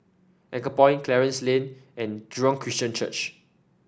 Anchorpoint Clarence Lane and Jurong Christian Church